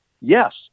Yes